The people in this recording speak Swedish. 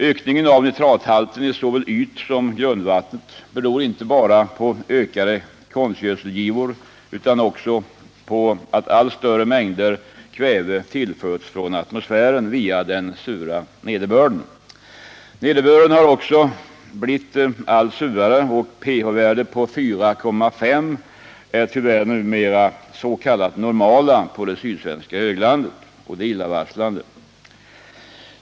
Ökningen av nitrathalten i såväl ytsom grundvattnet beror inte bara på ökade konstgödselgivor utan också på att allt större mängder kväve tillförs från atmosfären via den sura nederbörden. Nederbörden har också blivit allt surare, och ett pH-värde på 4,5 är tyvärr numera ”normalt” på det sydsvenska höglandet, och det är illavarslande.